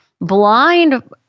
blind